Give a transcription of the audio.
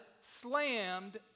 slammed